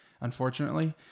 unfortunately